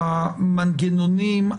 המנגנונים,